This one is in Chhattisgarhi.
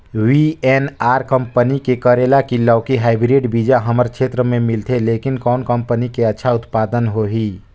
वी.एन.आर कंपनी के करेला की लौकी हाईब्रिड बीजा हमर क्षेत्र मे मिलथे, लेकिन कौन कंपनी के अच्छा उत्पादन होही?